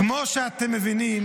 כמו שאתם מבינים